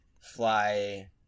fly